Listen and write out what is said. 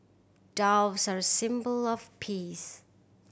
doves are a symbol of peace